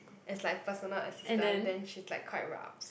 as like personal assistant then she's like quite rabz